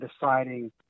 deciding